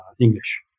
English